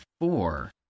four